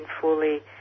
fully